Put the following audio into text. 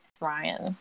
Ryan